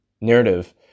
narrative